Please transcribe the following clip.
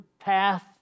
path